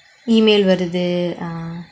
email வருது:varuthu